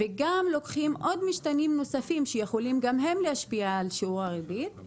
וגם לוקחים משתנים נוספים שיכולים גם הם להשפיע על שיעור הריבית,